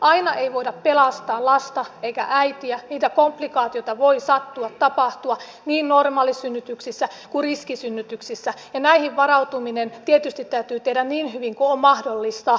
aina ei voida pelastaa lasta eikä äitiä niitä komplikaatioita voi sattua ja tapahtua niin normaalisynnytyksissä kuin riskisynnytyksissä ja näihin varautuminen tietysti täytyy tehdä niin hyvin kuin on mahdollista